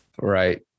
Right